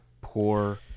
poor